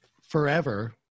forever